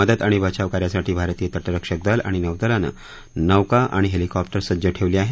मदत आणि बचाव कार्यासाठी भारतीय तटरक्षक दल आणि नौदलानं नौका आणि हेलिकॉप्टर्स सज्ज ठेवली आहेत